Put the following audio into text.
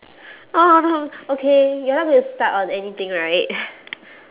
okay you're not gonna start on anything right